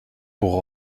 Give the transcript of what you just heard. pour